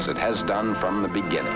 as it has done from the beginning